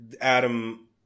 Adam